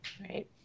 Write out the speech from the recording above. Right